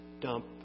dump